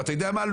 ואתה יודע מה?